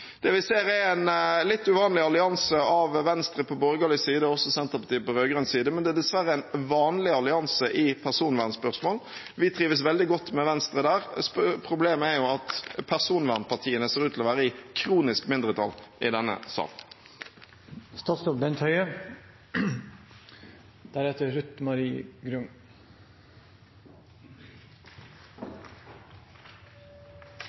Det vi ser, er en litt uvanlig allianse av Venstre på borgerlig side og oss og Senterpartiet på rød-grønn side, men det er dessverre en vanlig allianse i personvernspørsmål. Vi trives veldig godt med Venstre der. Problemet er at personvernpartiene ser ut til å være i kronisk mindretall i denne